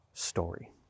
story